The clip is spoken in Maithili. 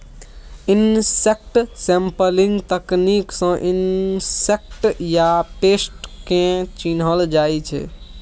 इनसेक्ट सैंपलिंग तकनीक सँ इनसेक्ट या पेस्ट केँ चिन्हल जाइ छै